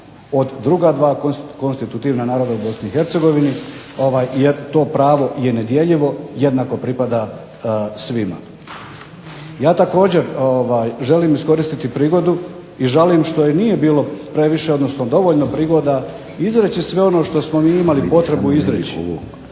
od druga dva konstitutivna naroda u BiH jer to pravo je nedjeljivo jednako pripada svima. Ja također želim iskoristiti prigodu i žalim što nije bilo više prigoda izreći sve ono što smo imali potrebu izreći